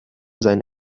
sein